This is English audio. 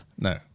No